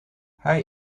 hij